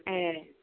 ए